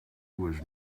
was